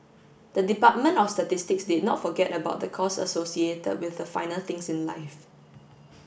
the Department of Statistics did not forget about the costs associated with the finer things in life